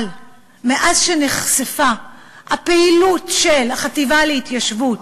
אבל מאז שנחשפה הפעילות של החטיבה להתיישבות,